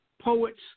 poets